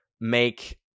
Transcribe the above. make